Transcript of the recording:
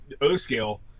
O-scale